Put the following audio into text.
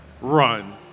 run